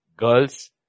Girls